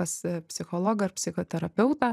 pas psichologą ar psichoterapeutą